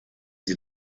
sie